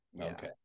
Okay